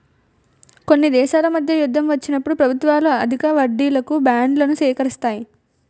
కొన్ని దేశాల మధ్య యుద్ధం వచ్చినప్పుడు ప్రభుత్వాలు అధిక వడ్డీలకు బాండ్లను సేకరిస్తాయి